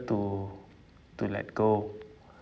to to let go